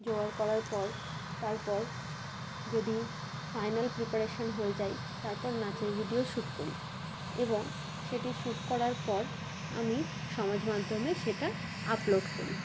জোগাড় করার পর তারপর যদি ফাইনাল প্রিপারেশন হয়ে যায় তারপর নাচের ভিডিও শুট করি এবং সেটি শুট করার পর আমি সমাজ মাধ্যমে সেটা আপলোড করি